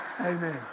Amen